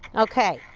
okay,